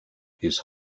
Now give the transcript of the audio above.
his